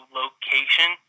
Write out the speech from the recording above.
location